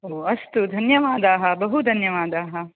एवं अस्तु धन्यवादाः बहु धन्यवादाः